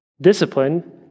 Discipline